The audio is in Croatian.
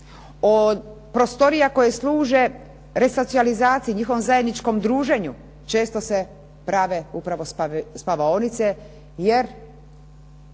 Od prostorija koje služe resocijalizaciji, njihovom zajedničkom druženju često se prave upravo spavaonice, jer